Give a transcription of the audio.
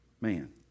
man